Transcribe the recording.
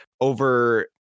over